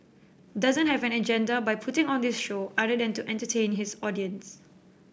doesn't have an agenda by putting on this show other than to entertain his audience